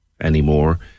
anymore